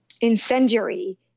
incendiary